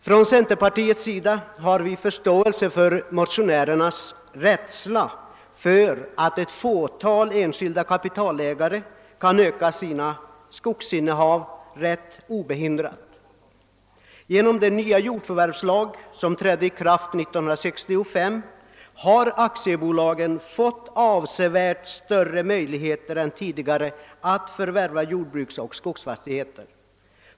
Inom centerpartiet hyser vi förståelse för motionärernas rädsla för att ett fåtal enskilda kapitalstarka ägare kan öka sina skogsinnehav rätt obehindrat. Genom den nya jordförvärvslagen, som trädde i kraft 1965, har aktiebolagen fått avsevärt större möjligheter än tidigare att förvärva jordbruksoch skogsfastigheter.